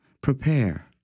Prepare